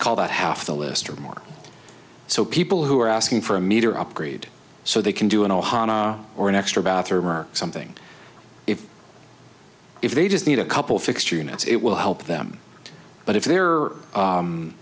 called half the list or more so people who are asking for a meter upgrade so they can do an ohana or an extra bathroom or something if if they just need a couple fixed units it will help them but if they're